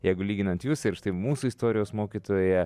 jeigu lyginant jus ir štai mūsų istorijos mokytoją